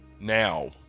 Now